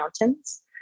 mountains